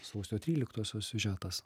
sausio tryliktosios siužetas